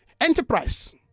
enterprise